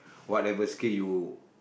whatever skill you